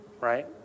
right